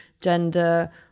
gender